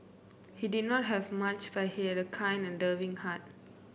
he did not have much but he had a kind and loving heart